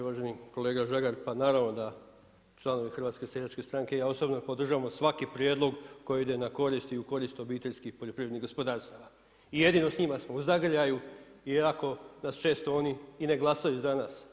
Uvaženi kolega Žagar, pa naravno da članovi HSS-a i ja osobno podržavamo svaki prijedlog koji ide na korist i u korist obiteljskih poljoprivrednih gospodarstava i jedino s njima smo u zagrljaju iako nas često oni i ne glasaju za nas.